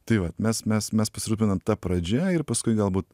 tai va mes mes mes pasirūpinam ta pradžia ir paskui galbūt